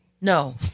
no